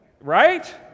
Right